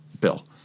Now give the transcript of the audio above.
bill